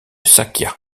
sakya